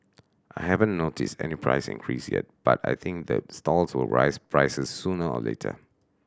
I haven't noticed any price increase yet but I think the stalls will raise prices sooner or later